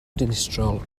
dinistriol